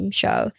show 。